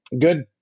Good